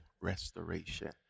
restoration